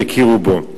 יכירו בו.